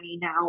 now